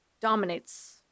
dominates